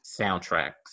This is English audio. soundtracks